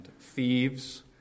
thieves